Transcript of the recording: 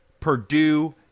Purdue